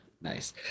nice